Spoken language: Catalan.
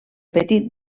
petit